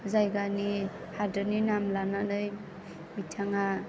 जायगानि हादरनि नाम लानानै बिथाङा